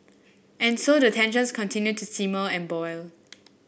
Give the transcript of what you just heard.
and so the tensions continue to simmer and boil